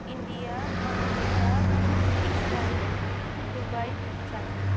India America Israel Dubai China